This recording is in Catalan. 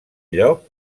lloc